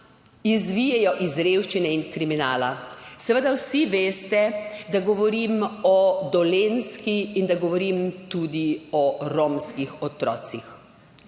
izvijejo iz revščine in kriminala. Seveda vsi veste, da govorim o Dolenjski in da govorim tudi o romskih otrocih.